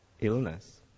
illness